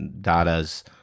Dada's